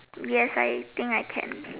V S I think iPad